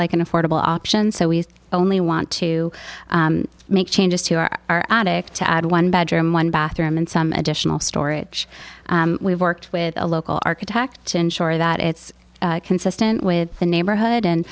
like an affordable option so we only want to make changes to our attic to add one bedroom one bathroom and some additional storage we've worked with a local architect to ensure that it's consistent with the neighborhood and